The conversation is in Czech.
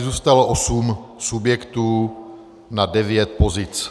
Zůstalo osm subjektů na devět pozic.